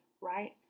Right